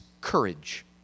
courage